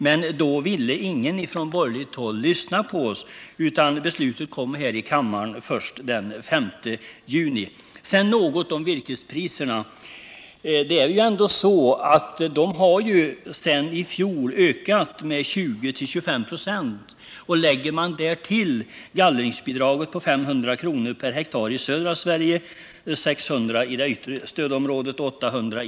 Från borgerligt håll ville ingen då lyssna på oss, utan beslutet kom här i kammaren först den 5 juni. Sedan några ord om virkespriserna. Dessa har sedan i fjol ökat med 20-25 96, och lägger man därtill gallringsbidraget på 500 kr. per hektar i södra Sverige, 600 kr. i det yttre stödområdet och 800 kr.